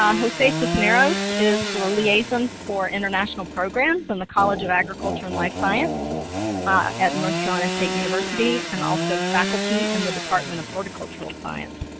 um jose cisneros is the liaison for international programs in the college of agriculture and life science at north carolina state university and also faculty in and the department of horticultural science.